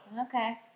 Okay